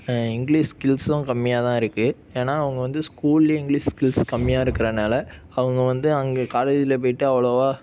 English ஸ்கில்சும் கம்மியாக தான் இருக்குது ஏன்னா அவங்க வந்து ஸ்கூல்லயே இங்கிலிஷ் ஸ்கில்ஸ் கம்மியாக இருக்கிறனால அவங்க வந்து அங்கே காலேஜ்ஜுல போய்ட்டு அவ்வளோவா